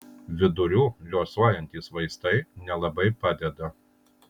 vidurių liuosuojantys vaistai nelabai padeda